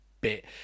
bit